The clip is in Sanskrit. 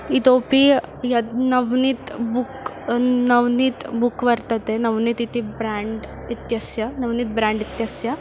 इतोऽपि यद् नव्नीत् बुक् नव्नीत् बुक् वर्तते नव्नीत् इति ब्राण्ड् इत्यस्य नव्नीत् ब्राण्ड् इत्यस्य